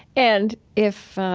and if,